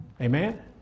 Amen